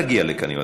חברת הכנסת קורן,